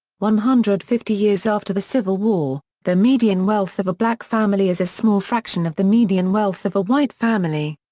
one hundred and fifty years after the civil war, the median wealth of a black family is a small fraction of the median wealth of a white family.